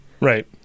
Right